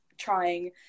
trying